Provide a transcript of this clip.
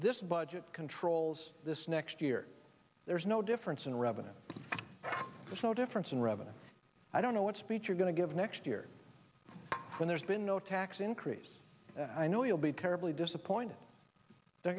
this budget controls this next year there's no difference in revenue there's no difference in revenue i don't know what speech you're going to give next year when there's been no tax increase i know you'll be terribly disappointed there